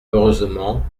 heureusement